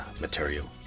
material